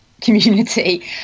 community